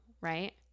right